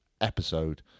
episode